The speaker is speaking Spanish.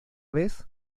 vez